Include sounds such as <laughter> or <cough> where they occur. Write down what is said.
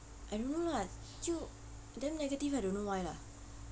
I don't know lah <noise> damn negative I don't know why lah